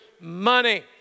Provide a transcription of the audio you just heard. money